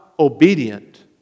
obedient